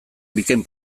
bikain